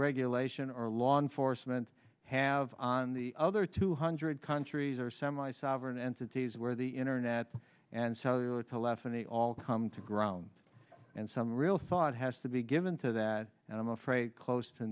regulation or law enforcement have on the other two hundred countries or semi sovereign entities where the internet and how they are to laugh and they all come to ground and some real thought has to be given to that and i'm afraid close to